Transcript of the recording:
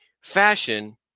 fashion